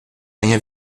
rien